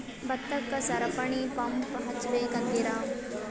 ಭತ್ತಕ್ಕ ಸರಪಣಿ ಪಂಪ್ ಹಚ್ಚಬೇಕ್ ಅಂತಿರಾ?